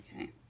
Okay